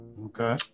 okay